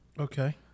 okay